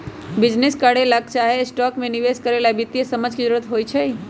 business करे ला चाहे स्टॉक में निवेश करे ला वित्तीय समझ के जरूरत होई छई